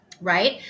right